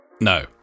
No